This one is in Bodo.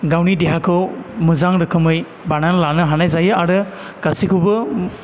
गावनि देहाखौ मोजां रोखोमै बानायना लानो हानाय जायो आरो गासैखौबो